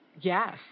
Yes